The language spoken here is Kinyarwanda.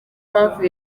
mpamvu